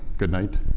good night.